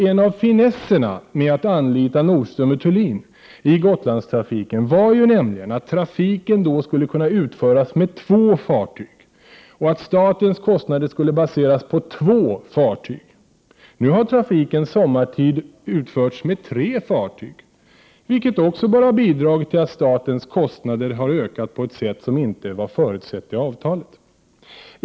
En av finesserna med att anlita Nordström & Thulin i Gotlandstrafiken var nämligen att trafiken då skulle kunna utföras med två fartyg och att statens kostnader skulle baseras på två fartyg. Nu har trafiken sommartid alltså utförts med tre fartyg, vilket också bör ha bidragit till att statens kostnader ökat på ett sätt som inte var förutsett i avtalet.